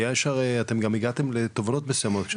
אתם גם הגעתם לתובנות מסוימות,